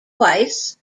twice